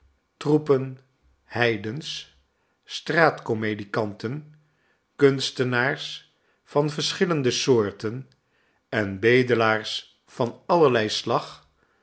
troepen heidens straatkomedianten kunstenaars van verschillende soorten en bedelaars van allerlei slag